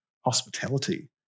hospitality